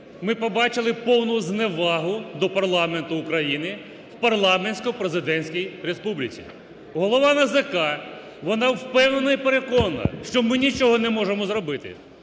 Ми побачили повну зневагу до парламенту України в парламентсько-президентській республіці. Голова НАЗК вона впевнена і переконана, що ми нічого не можемо зробити.